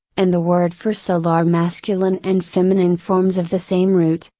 and the word for soul are masculine and feminine forms of the same root,